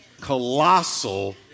colossal